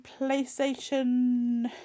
PlayStation